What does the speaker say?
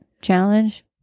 challenge